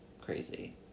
crazy